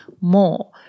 more